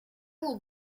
will